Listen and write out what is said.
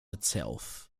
itself